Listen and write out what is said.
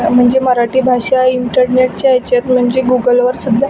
म्हणजे मराठी भाषा इंटरनेटच्या याच्यात म्हणजे गुगलवर सुद्धा